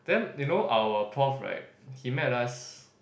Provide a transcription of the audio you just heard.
then you know our prof he met us